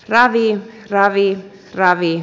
radiin ravit ravi